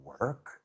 work